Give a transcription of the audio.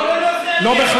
כי לא, לא, לא, לא.